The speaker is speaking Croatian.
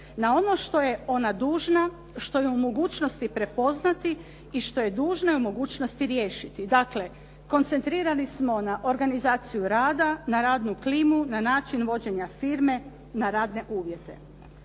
na ono što je ona dužna, što je u mogućnosti prepoznati i što je dužna u mogućnosti riješiti. Dakle, koncentrirani smo na organizaciju rada, na radnu klimu, na način vođenja firme, na radne uvjete.